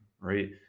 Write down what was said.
Right